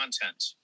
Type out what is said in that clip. content